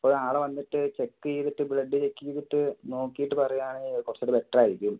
അപ്പോൾ നാളെ വന്നിട്ട് ചെക്ക് ചെയ്തിട്ട് ബ്ലഡ് ചെക്ക് ചെയ്തിട്ട് നോക്കിയിട്ട് പറയുവാണേ കുറച്ചൂകു ടെ ബെറ്ററായിരിക്കും